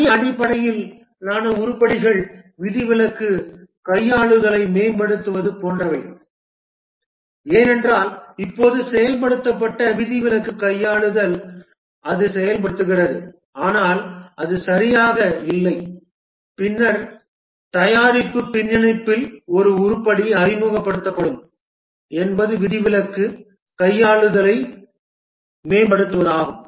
பணி அடிப்படையிலான உருப்படிகள் விதிவிலக்கு கையாளுதலை மேம்படுத்துவது போன்றவை ஏனென்றால் இப்போது செயல்படுத்தப்பட்ட விதிவிலக்கு கையாளுதல் அது செயல்படுகிறது ஆனால் அது சரியாக இல்லை பின்னர் தயாரிப்பு பின்னிணைப்பில் ஒரு உருப்படி அறிமுகப்படுத்தப்படும் என்பது விதிவிலக்கு கையாளுதலை மேம்படுத்துவதாகும்